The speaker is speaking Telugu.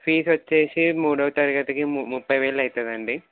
ఫీజ్ వచ్చేసి మూడవ తరగతికి ము ముప్పై వేలు అవుతుందండి